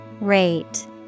rate